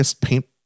paint